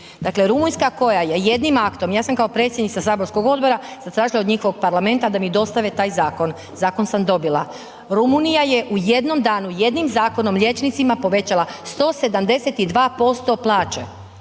Dakle Rumunjska koja je jednim aktom, ja sam kao predsjednica saborskog odbora zatražila od njihovog parlamenta da mi dostave taj zakon. Zakon sam dobila. Rumunija je u jednom danu jednim zakonom liječnicima povećala 172% plaće.